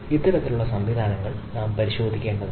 ഇത്തരത്തിലുള്ള സംവിധാനങ്ങൾ നാം പരിശോധിക്കേണ്ടതുണ്ട്